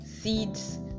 seeds